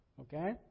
Okay